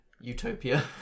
utopia